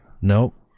Nope